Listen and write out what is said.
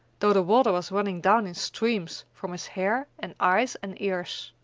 though the water was running down in streams from his hair and eyes and ears.